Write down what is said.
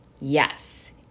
Yes